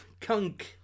Kunk